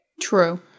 True